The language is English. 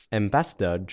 ambassador